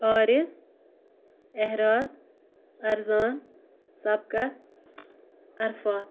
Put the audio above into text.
حارث احراز ارزان سبقت عرفات